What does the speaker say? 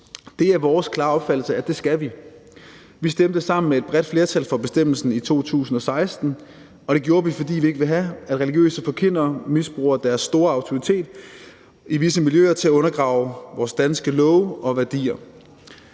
Det er vores klare opfattelse, at det skal vi. Vi stemte sammen med et bredt flertal for bestemmelsen i 2016, og det gjorde vi, fordi vi ikke vil have, at religiøse forkyndere misbruger deres store autoritet i visse miljøer til at undergrave vores danske love og værdier.